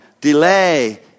delay